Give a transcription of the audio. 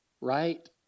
right